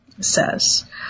says